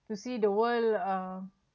to see the world uh